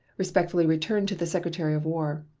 respectfully returned to the secretary of war.